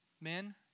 men